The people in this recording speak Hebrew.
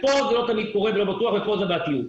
כאן הבעייתיות,